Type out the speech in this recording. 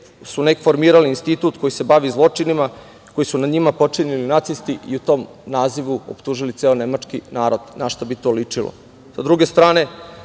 su Jevreji formirali institut koji se bavi zločinima, koji su nad njima počinili nacisti i tom nazivu optužili ceo nemački narod, našta bi to ličilo. Sa